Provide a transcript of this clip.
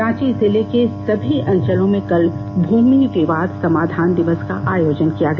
रांची जिले के सभी अंचलों में कल भूमि विवाद समाधान दिवस का आयोजन किया गया